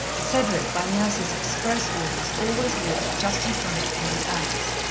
cedric, by nurse's express orders, always walked just in front of her with alex,